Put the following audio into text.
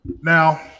Now